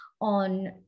on